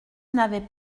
n’avaient